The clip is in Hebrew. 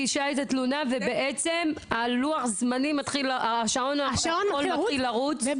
מעמד האישה ולשוויון מגדרי): << יור >> אם